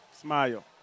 Smile